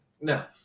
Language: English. No